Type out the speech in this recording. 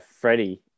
Freddie